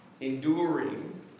enduring